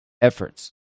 efforts